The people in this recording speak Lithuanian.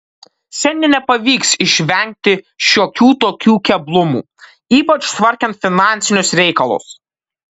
šiandien nepavyks išvengti šiokių tokių keblumų ypač tvarkant finansinius reikalus